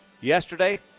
yesterday